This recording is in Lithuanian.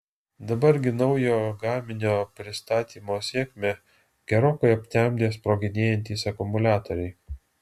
dabar gi naujo gaminio pristatymo sėkmę gerokai aptemdė sproginėjantys akumuliatoriai